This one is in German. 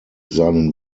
seinen